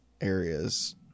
areas